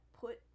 put